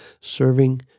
serving